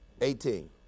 Eighteen